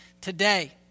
Today